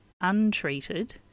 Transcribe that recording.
untreated